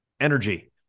energy